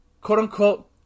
Quote-unquote